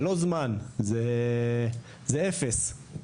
זה לא זמן, זה אפס.